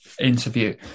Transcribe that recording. interview